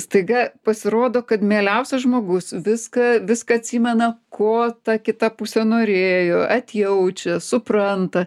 staiga pasirodo kad mieliausias žmogus viską viską atsimena ko ta kita pusė norėjo atjaučia supranta